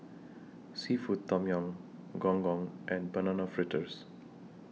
Seafood Tom Yum Gong Gong and Banana Fritters